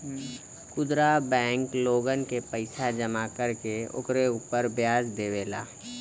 खुदरा बैंक लोगन के पईसा जमा कर के ओकरे उपर व्याज देवेला